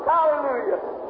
Hallelujah